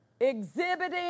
exhibiting